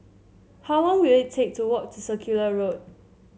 how long will it take to walk to Circular Road